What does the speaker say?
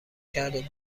کرده